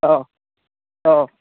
অঁ অঁ